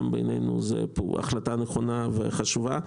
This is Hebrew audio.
בעינינו זו גם החלטה נכונה וחשובה.